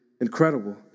incredible